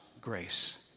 grace